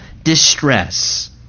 distress